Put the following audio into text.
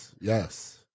Yes